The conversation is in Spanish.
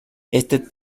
este